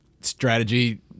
strategy